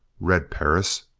red perris!